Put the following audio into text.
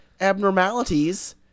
abnormalities